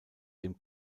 dem